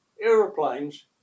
aeroplanes